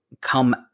come